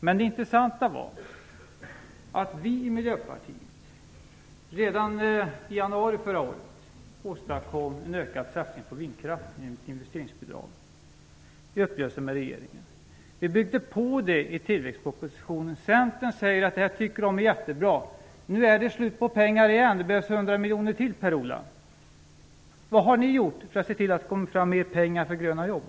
Det intressanta var att vi i Miljöpartiet redan i januari förra året åstadkom en ökad satsning på vindkraft genom investeringsbidrag i en uppgörelse med regeringen. Vi byggde på det i tillväxtpropositionen. Centern sade att det var jättebra. Nu är det slut på pengar igen. Det behövs 100 miljoner till. Vad har ni gjort för att se till att få fram mer pengar till gröna jobb?